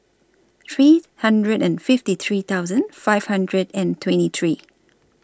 three hundred and fifty three thousand five hundred and twenty three